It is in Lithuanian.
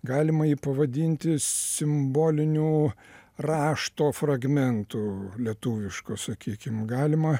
galima ji pavadinti simboliniu rašto fragmentu lietuvišku sakykim galima